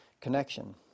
connection